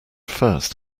first